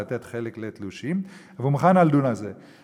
וחלק לתת לתלושים, והוא מוכן לדון על זה.